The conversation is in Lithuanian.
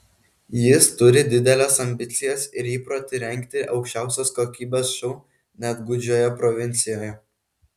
jis turi dideles ambicijas ir įprotį rengti aukščiausios kokybės šou net gūdžioje provincijoje